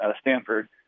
Stanford